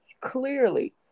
clearly